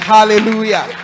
Hallelujah